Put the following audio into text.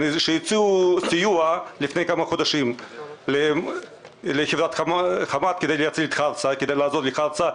אומר שהציעו סיוע לפני כמה חודשים לחברת חמת כדי לעזור לחרסה.